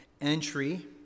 entry